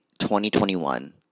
2021